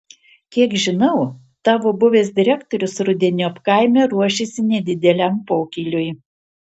kiek žinau tavo buvęs direktorius rudeniop kaime ruošiasi nedideliam pokyliui